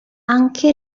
anche